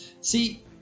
See